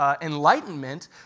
enlightenment